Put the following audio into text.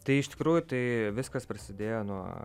tai iš tikrųjų tai viskas prasidėjo nuo